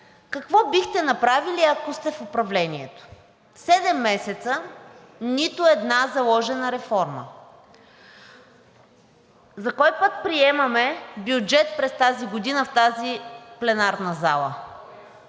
какво бихте направили, ако сте в управлението. Седем месеца нито една заложена реформа. За кой път приемаме бюджет през тази година в тази пленарна зала?!